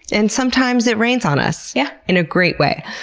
and sometimes it rains on us, yeah in a great way.